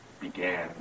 began